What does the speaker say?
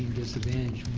disadvantaged